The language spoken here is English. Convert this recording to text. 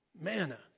manna